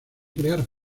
crear